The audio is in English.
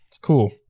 cool